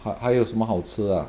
h~ 还有什么好吃 ah